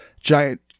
giant